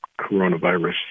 coronavirus